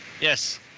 Yes